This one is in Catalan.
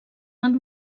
han